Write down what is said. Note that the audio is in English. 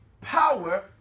power